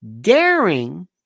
daring